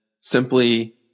simply